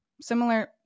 similar